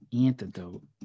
Antidote